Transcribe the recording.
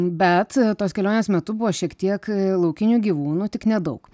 bet tos kelionės metu buvo šiek tiek laukinių gyvūnų tik nedaug